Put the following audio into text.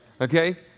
Okay